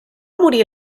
morir